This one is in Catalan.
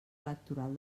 electoral